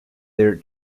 their